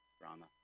drama